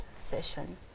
session